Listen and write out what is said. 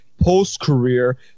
post-career